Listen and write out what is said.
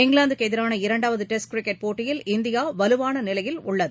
இங்கிலாந்துக்குஎதிராள இரண்டாவதடெஸ்ட் கிரிக்கெட் போட்டியில் இந்தியாவலுவானநிலையில் உள்ளது